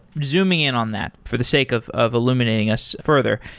zooming in on that for the sake of of illuminating us further,